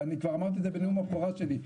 ואני כבר אמרתי את זה בנאום הבכורה שלי,